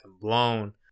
blown